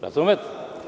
Razumete?